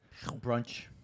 Brunch